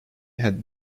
had